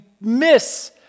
miss